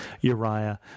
Uriah